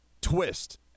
twist